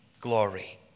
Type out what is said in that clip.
glory